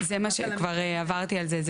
כבר עברתי על זה.